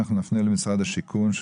אנחנו נפנה למשרד השיכון.